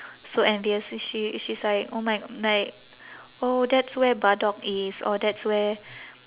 so envious and she she's like oh my like oh that's where badoque is or that's where